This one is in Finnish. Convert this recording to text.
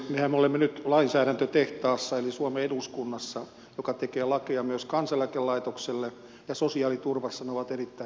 mehän olemme nyt lainsäädäntötehtaassa eli suomen eduskunnassa joka tekee lakeja myös kansaneläkelaitokselle ja sosiaaliturvassa ne ovat erittäin monimutkaisia